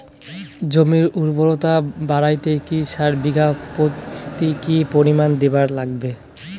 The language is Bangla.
জমির উর্বরতা বাড়াইতে কি সার বিঘা প্রতি কি পরিমাণে দিবার লাগবে?